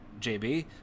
JB